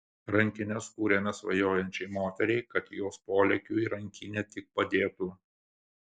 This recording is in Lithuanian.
rankines kūrėme svajojančiai moteriai kad jos polėkiui rankinė tik padėtų